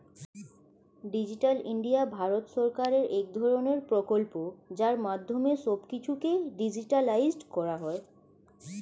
digital India Bharat সরকারের এক ধরণের প্রকল্প যার মাধ্যমে সব কিছুকে ডিজিটালাইসড করা হয়